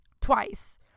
twice